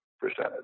percentage